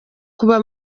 kuba